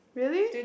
really